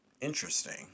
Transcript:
Interesting